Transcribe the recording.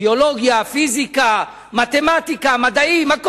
ביולוגיה, פיזיקה, מתמטיקה, מדעים, הכול,